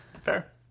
Fair